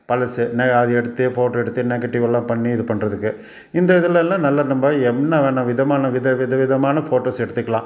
பழசு ந அது எடுத்து ஃபோட்டோ எடுத்து நெகட்டிவெல்லாம் பண்ணி இது பண்ணுறதுக்கு இந்த இதுலெலாம் நல்லா நம்ம என்ன வேணால் விதமான வித வித விதமான ஃபோட்டோஸ் எடுத்துக்கலாம்